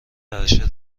عرشه